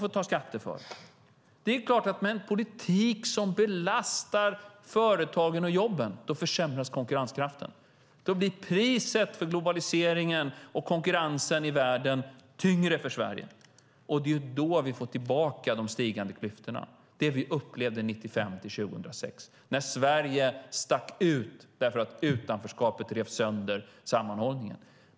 Med en politik som belastar företagen och jobben försämras konkurrenskraften. Då blir priset för globaliseringen och konkurrensen i världen tyngre för Sverige, och det är då vi får tillbaka de ökande klyftorna, vilket vi upplevde 1995-2006 när Sverige stack ut därför att utanförskapet rev sönder sammanhållningen.